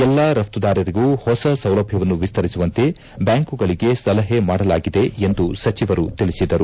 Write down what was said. ಎಲ್ಲಾ ರಘ್ತುದಾರರಿಗೂ ಹೊಸ ಸೌಲಭ್ಯವನ್ನು ವಿಸ್ತರಿಸುವಂತೆ ಬ್ಯಾಂಕುಗಳಿಗೆ ಸಲಹೆ ಮಾಡಲಾಗಿದೆ ಎಂದು ಸಚಿವರು ತಿಳಿಸಿದರು